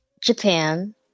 Japan